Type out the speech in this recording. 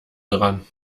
dran